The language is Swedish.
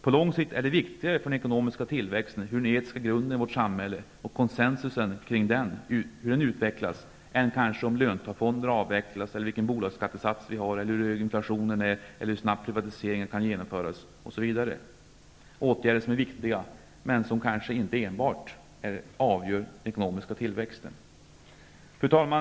På lång sikt är det kanske viktigare för den ekonomiska tillväxten hur den etiska grunden i vårt samhälle och hur konsensus kring denna utvecklas än om löntagarfonderna avvecklas, vilken bolagsskattesats vi har, hur hög inflationen är, hur snabbt privatiseringarna kan genomföras osv. Dessa åtgärder är viktiga. Men det kanske inte enbart är de som avgör den ekonomiska tillväxten. Fru talman!